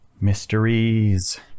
mysteries